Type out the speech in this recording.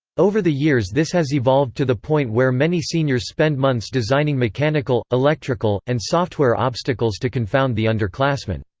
over the years this has evolved to the point where many seniors spend months designing mechanical, electrical, and software obstacles to confound the underclassmen.